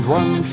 one